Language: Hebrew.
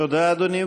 תודה, אדוני.